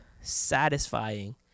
satisfying